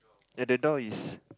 at the door is